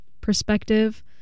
perspective